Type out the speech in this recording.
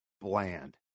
bland